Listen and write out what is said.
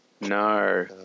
No